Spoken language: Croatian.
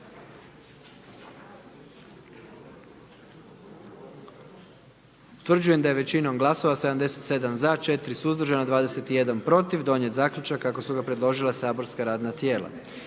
Utvrđujem da je većinom glasova 78 za i 1 suzdržan i 20 protiv donijet zaključak kako ga je predložilo matično saborsko radno tijelo.